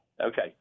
Okay